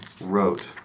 wrote